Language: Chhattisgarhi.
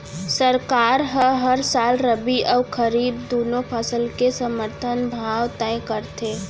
सरकार ह हर साल रबि अउ खरीफ दूनो फसल के समरथन भाव तय करथे